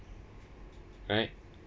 alright